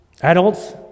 Adults